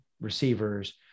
receivers